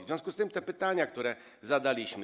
W związku z tym są te pytania, które zadaliśmy.